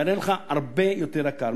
יעלה לך הרבה יותר ביוקר.